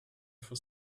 for